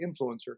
influencer